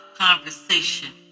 conversation